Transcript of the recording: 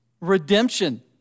redemption